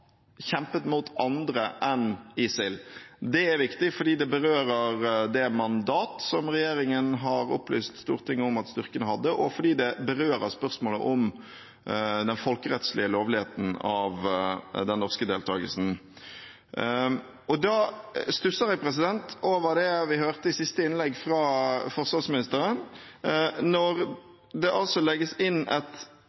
kjempet mot andre enn ISIL. Det er viktig, fordi det berører det mandat som regjeringen har opplyst Stortinget om at styrkene hadde, og fordi det berører spørsmålet om den folkerettslige lovligheten av den norske deltakelsen. Jeg stusser over det vi hørte i siste innlegg fra forsvarsministeren, når